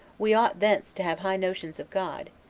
we ought thence to have high notions of god,